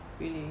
really